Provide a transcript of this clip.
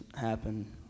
happen